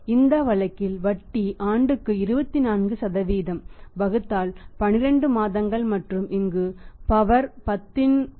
இந்த வழக்கில் வட்டி ஆண்டுக்கு 24 வகுத்தல் 12 மாதங்கள் மற்றும் இங்கு பவர் 10